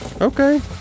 Okay